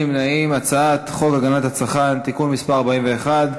חוק הגנת הצרכן (תיקון מס' 41),